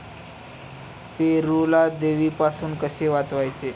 पेरूला देवीपासून कसे वाचवावे?